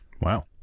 Wow